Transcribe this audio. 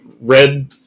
red